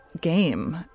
game